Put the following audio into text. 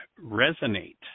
resonate